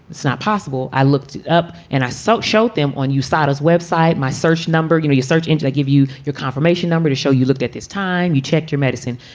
it's not possible. i looked up and i selke showed them on. you start his web site, my search number, you know, you search engine. i give you your confirmation number to show you. look at this time you checked your medicine.